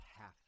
half